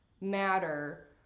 matter –